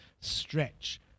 stretch